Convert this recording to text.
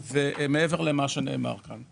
מעבר למה שנאמר כאן.